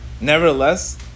nevertheless